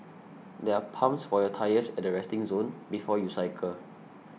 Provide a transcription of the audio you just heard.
there are pumps for your tyres at the resting zone before you cycle